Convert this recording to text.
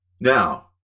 Now